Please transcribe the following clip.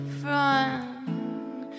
front